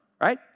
right